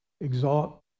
exalt